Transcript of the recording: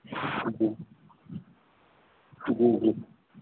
جی جی جی